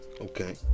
Okay